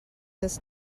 this